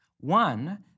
One